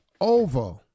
over